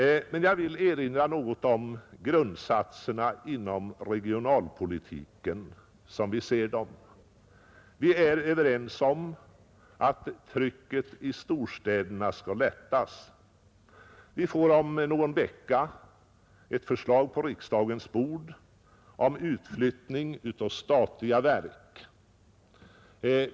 Jag vill nu erinra något om grundsatserna inom regionalpolitiken som vi ser dem. Vi är överens om att trycket i storstäderna skall lättas. Vi får om någon vecka ett förslag på riksdagens bord om utflyttning av statliga verk.